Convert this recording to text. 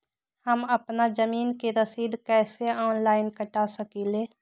हम अपना जमीन के रसीद कईसे ऑनलाइन कटा सकिले?